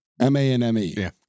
M-A-N-M-E